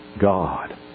God